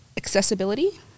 accessibility